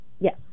Yes